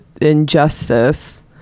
injustice